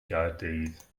gaerdydd